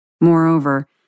Moreover